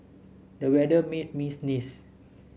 the weather made me sneeze